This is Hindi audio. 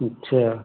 अच्छा